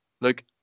look